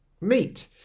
meat